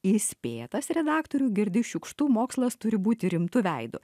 įspėtas redaktorių girdi šiukštu mokslas turi būti rimtu veidu